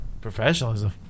Professionalism